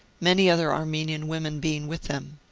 many other armenian women being with them.